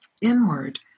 inward